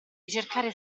ricercare